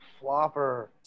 Flopper